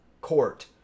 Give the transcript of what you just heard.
court